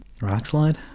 Rockslide